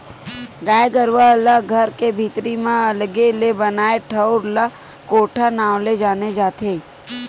गाय गरुवा ला घर के भीतरी म अलगे ले बनाए ठउर ला कोठा नांव ले जाने जाथे